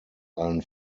allen